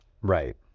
Right